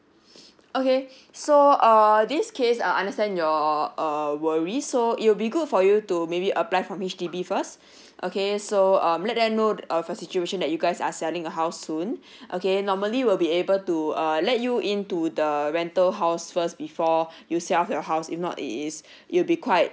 okay so err this case I understand your err worries so it will be good for you to maybe apply from H_D_B first okay so um let them know uh the situation that you guys are selling a house soon okay normally we'll be able to uh let you into the rental house first before you sell your house if not it is it will be quite